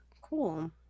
Cool